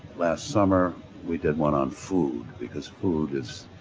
last summer we did one on food, because food is